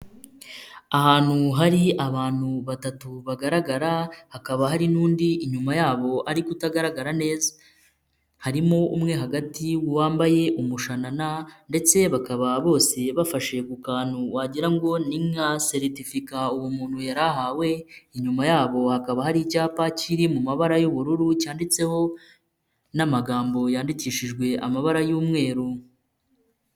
Ahantu hari abantu batatu bagaragara hakaba hari n'undi inyuma yabo ariko utagaragara neza, harimo umwe hagati wambaye umushanana ndetse bakaba bose bafashe ku kantu wagirango ni nka seretifika uwo muntu yari ahawe, inyuma yabo hakaba hari icyapa kiri mu mabara y'ubururu cyanditseho n'amagambo yandikishijwe amabara y'umweru.